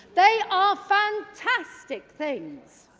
they are fantastic things.